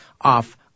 off